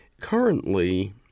currently